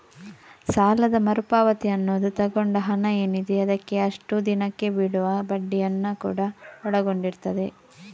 ಸಾಲದ ಮರು ಪಾವತಿ ಅನ್ನುದು ತಗೊಂಡ ಹಣ ಏನಿದೆ ಅದಕ್ಕೆ ಅಷ್ಟು ದಿನಕ್ಕೆ ಬೀಳುವ ಬಡ್ಡಿಯನ್ನ ಕೂಡಾ ಒಳಗೊಂಡಿರ್ತದೆ